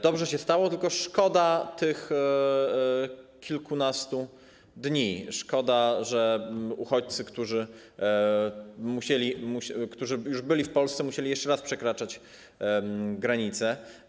Dobrze się stało, tylko szkoda tych kilkunastu dni, szkoda, że uchodźcy, którzy już byli w Polsce, musieli jeszcze raz przekraczać granicę.